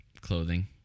clothing